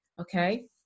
okay